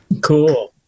Cool